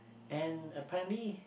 and apparently